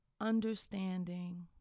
understanding